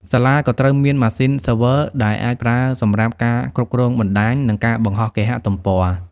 សាលាក៏ត្រូវមានម៉ាស៊ីន server ដែលអាចប្រើសម្រាប់ការគ្រប់គ្រងបណ្តាញនិងការបង្ហោះគេហទំព័រ។